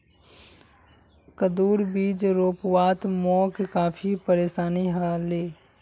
कद्दूर बीज रोपवात मोक काफी परेशानी ह ले